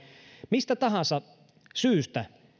mistä tahansa syystä